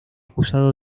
acusado